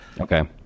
Okay